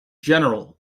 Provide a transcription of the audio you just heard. general